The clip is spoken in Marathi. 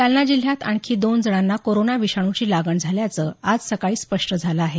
जालना जिल्ह्यात आणखी दोन जणांना कोरोना विषाणूची लागण झाल्याचं आज सकाळी स्पष्ट झालं आहे